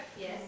Yes